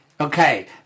okay